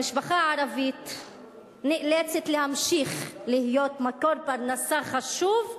המשפחה הערבית נאלצת להמשיך להיות מקור פרנסה חשוב,